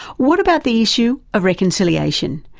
what about the issue of reconciliation?